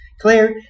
Claire